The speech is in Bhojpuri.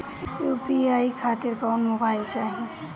यू.पी.आई खातिर कौन मोबाइल चाहीं?